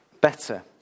better